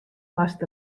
moast